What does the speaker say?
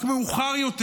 רק מאוחר יותר